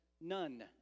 none